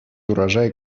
урожай